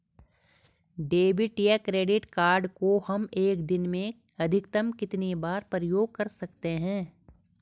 Debit या credit card को हम एक दिन में अधिकतम कितनी बार प्रयोग कर सकते हैं?